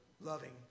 loving